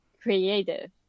creative